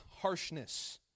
harshness